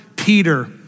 Peter